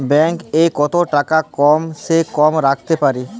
Bank এ কত টাকা কম সে কম রাখতে পারি?